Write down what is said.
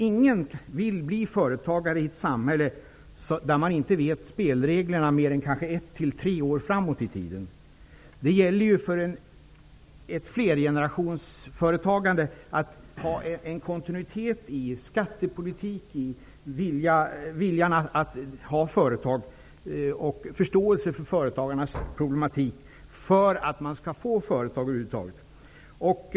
Ingen vill bli företagare i ett samhälle där man inte känner till spelreglerna för mer än kanske 1--3 år framåt i tiden. För företagande som sträcker sig över flera generationer gäller det att det finns en kontinuitet i skattepolitiken. Det måste finnas en vilja att ha företag. För att det över huvud taget skall startas några företag måste det finnas förståelse för företagarnas problematik.